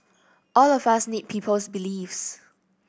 all of us need people's beliefs